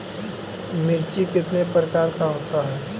मिर्ची कितने प्रकार का होता है?